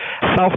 South